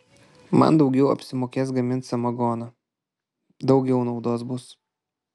man daugiau apsimokės gaminti samagoną daugiau naudos bus